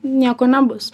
nieko nebus